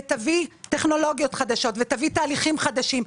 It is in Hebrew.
תביא טכנולוגיות חדשות ותהליכים חדשים.